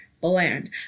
Bland